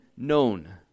Known